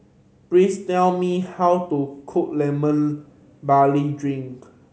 please tell me how to cook Lemon Barley Drink